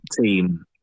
team